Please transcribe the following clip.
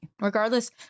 regardless